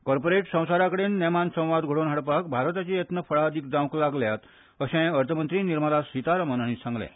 कॉर्पोरेट संवसारा कडेन नेमान संवाद घडोवन हाडपाक भारताचे येत्न फळादीक जावंक लागल्यात अशेंय अर्थ मंत्री निर्मला सीतारामन हांणी सांगलें